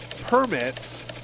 permits